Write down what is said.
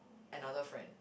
another friend